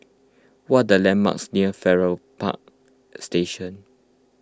what are landmarks near Farrer Park Station